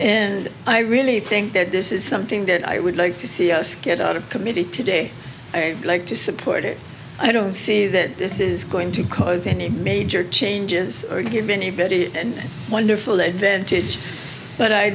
and i really think that this is something that i would like to see us get out of committee today i like to support it i don't see that this is going to cause any major changes or given anybody wonderful event age but i